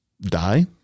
Die